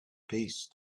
peace